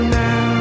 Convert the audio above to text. now